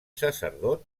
sacerdot